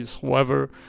whoever